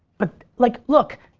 but like look,